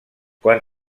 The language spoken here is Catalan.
quan